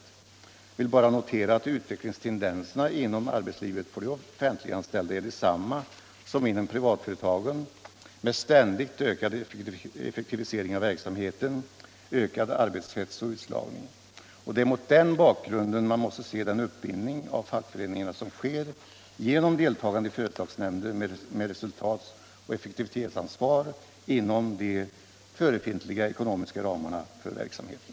Jag vill bara notera att utvecklingstendenserna inom arbetslivet för de offentliganställda är desamma som för de privatanställda, nämligen en ständigt ökad effektivisering av verksamheten, ökad arbetshets och utslagning. Det är mot den bakgrunden man måste se den uppbindning av fackföreningarna som sker genom deltagande i företagsnämnder med resultats och effektivitetsansvar inom de förefintliga ekonomiska ramarna för verksamheten.